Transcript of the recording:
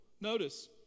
Notice